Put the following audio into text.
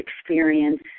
experience